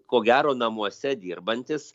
ko gero namuose dirbantys